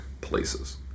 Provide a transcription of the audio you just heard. places